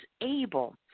able